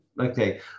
Okay